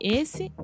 esse